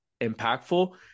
impactful